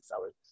hours